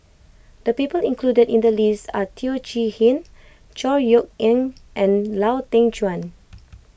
the people included in the list are Teo Chee Hean Chor Yeok Eng and Lau Teng Chuan